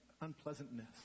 unpleasantness